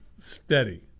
steady